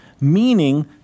meaning